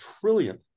trillion